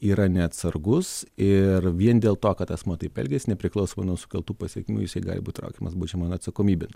yra neatsargus ir vien dėl to kad asmuo taip elgiasi nepriklausomai nuo sukeltų pasekmių jisai gali būt traukiamas baudžiamon atsakomybėn